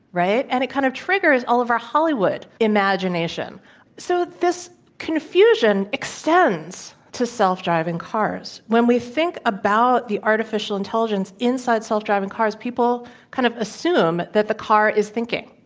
right? and it kind of triggers all of our hollywood imagination. and so, this confusion extends to self-driving cars. when we think about the artificial intelligence inside self-driving cars, people kind of assume that the car is thinking.